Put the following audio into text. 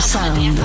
Sound